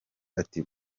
ati